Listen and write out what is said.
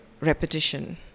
repetition